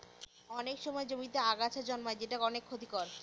অনেক সময় জমিতে আগাছা জন্মায় যেটা অনেক ক্ষতির